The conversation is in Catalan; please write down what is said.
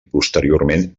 posteriorment